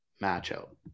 match-out